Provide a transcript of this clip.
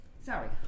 sorry